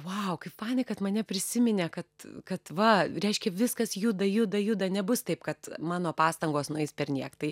vau kaip fainai kad mane prisiminė kad kad va reiškia viskas juda juda juda nebus taip kad mano pastangos nueis perniek tai